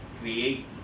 create